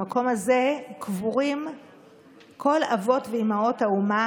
במקום הזה קבורים כל אבות ואימהות האומה,